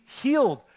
healed